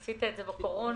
עשית את זה בקורונה.